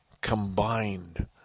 combined